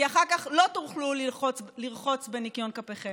כי אחר כך לא תוכלו לרחוץ בניקיון כפיכם.